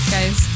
Guys